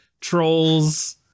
trolls